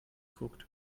guckt